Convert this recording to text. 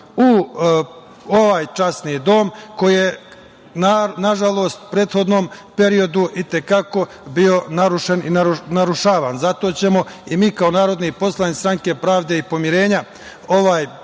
u ovaj časni dom koji je, nažalost, u prethodnom periodu i te kako bio narušen i narušavan. Zato ćemo i mi kao narodni poslanici Stranke pravde i pomirenja ovaj kodeks